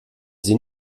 sie